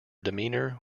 demeanour